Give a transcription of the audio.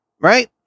right